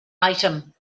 item